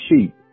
sheep